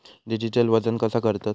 Digital वजन कसा करतत?